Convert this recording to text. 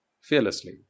Fearlessly